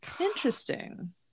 Interesting